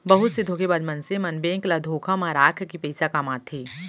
बहुत से धोखेबाज मनसे मन बेंक ल धोखा म राखके पइसा कमाथे